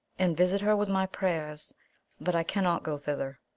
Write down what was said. and visit her with my prayers but i cannot go thither.